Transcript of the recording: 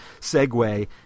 segue